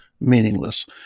meaningless